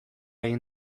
egin